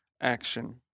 action